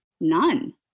none